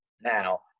now